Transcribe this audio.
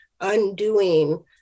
undoing